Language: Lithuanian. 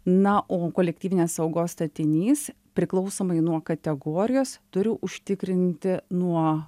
na o kolektyvinės saugos statinys priklausomai nuo kategorijos turi užtikrinti nuo